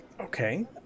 okay